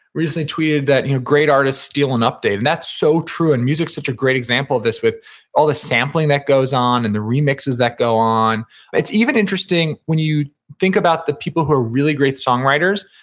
recently tweeted that, you know great artists steal and update, and that's so true. and music's such a great example of this with all the sampling that goes on, and the remixes that go on it's even interesting when you think about the people who are really great songwriters.